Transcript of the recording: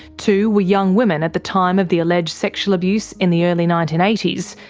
two were young women at the time of the alleged sexual abuse in the early nineteen eighty s,